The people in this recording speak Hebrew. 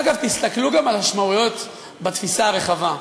אגב, תסתכלו גם על המשמעויות בתפיסה הרחבה: